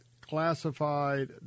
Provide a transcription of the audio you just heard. classified